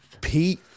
Pete